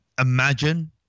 Imagine